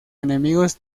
enemigos